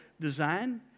design